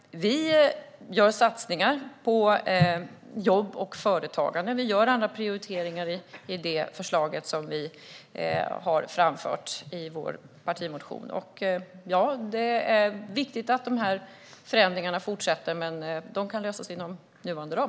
Vi gör satsningar på jobb och företagande. Vi gör andra prioriteringar i det förslag som vi har framfört i vår partimotion. Ja, det är viktigt att de här förändringarna fortsätter, men det kan lösas inom nuvarande ram.